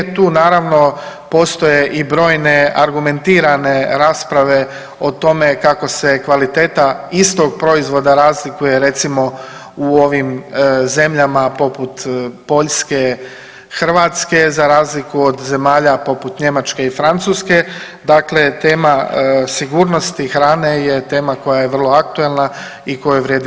Tu naravno postoje i brojne argumentirane rasprave o tome kako se kvaliteta istog proizvoda razlikuje recimo u ovim zemljama poput Poljske i Hrvatske za razliku od zemalja poput Njemačke i Francuske, dakle tema sigurnosti hrane je tema koja je vrlo aktuelna i o kojoj vrijedi raspravljati.